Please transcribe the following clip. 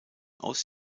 aus